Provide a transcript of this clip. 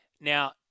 Now